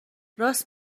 راست